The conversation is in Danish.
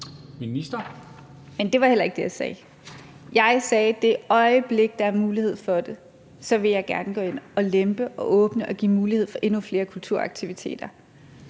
Mogensen): Men det var heller ikke det, jeg sagde. Jeg sagde: I det øjeblik, hvor der er mulighed for det, vil jeg gerne gå ind og lempe og åbne og give mulighed for endnu flere kulturaktiviteter.